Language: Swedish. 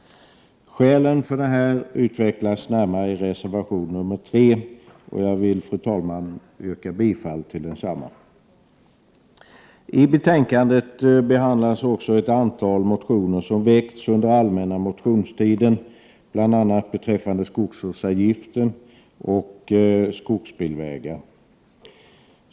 Skälen till detta undantag utvecklas närmare i reservation 3 och jag vill, fru talman, yrka bifall till densamma. I betänkandet behandlas också ett antal motioner som väckts under allmänna motionstiden, bl.a. beträffande skogsvårdsavgiften och skogsbilvägar.